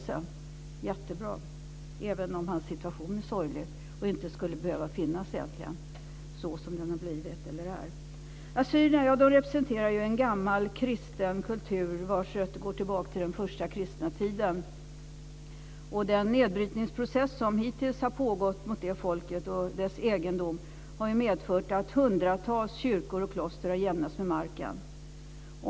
Det är jättebra, även om hans situation är sorglig och egentligen inte skulle behöva finnas på det sätt som den finns. Assyrierna representerar ju en gammal kristen kultur vars rötter går tillbaka till den första kristna tiden. Den nedbrytningsprocess som hittills har pågått mot detta folk och dess egendom har medfört att hundratals kyrkor och kloster har jämnats med marken.